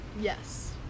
Yes